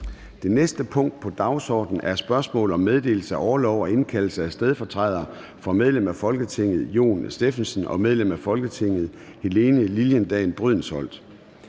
Det næste punkt på dagsordenen er: 3) Spørgsmål om meddelelse af orlov til og indkaldelse af stedfortrædere for medlem af Folketinget Jon Stephensen (M) og medlem af Folketinget Helene Liliendahl Brydensholt